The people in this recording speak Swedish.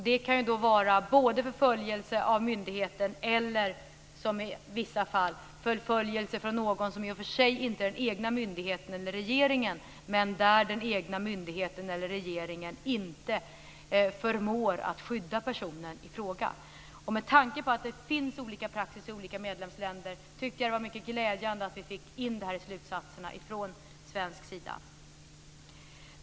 Det kan vara förföljelse av myndighet eller, som i vissa fall, förföljelse från någon som i och för sig inte är egen myndighet eller regering men där den egna myndigheten eller regeringen inte förmår att skydda personen i fråga. Med tanke på att det finns olika praxis i olika medlemsländer tycker jag att det var mycket glädjande att vi från svensk sida fick in detta i slutsatserna.